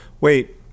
Wait